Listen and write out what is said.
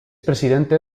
presidente